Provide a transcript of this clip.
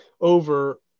over